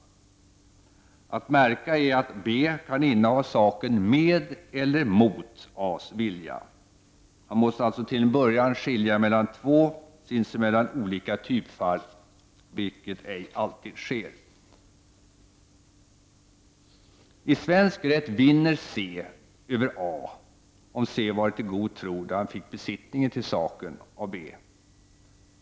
Att märka är att B kan inneha saken med eller mot A:s vilja. Man måste alltså till en början skilja mellan två sinsemellan olika typfall, vilket ej alltid sker. I svensk rätt vinner C över A, om C varit i god tro då han fick besittningen till saken av B.